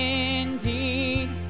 indeed